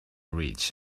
reach